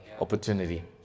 opportunity